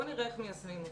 בואו נראה איך מיישמים אותה.